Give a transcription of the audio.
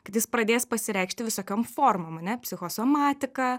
kad jis pradės pasireikšti visokiom formom ane psichosomatika